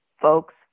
folks